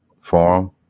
Forum